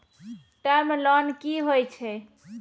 Term loan कि होय छै?